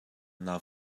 naa